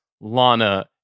Lana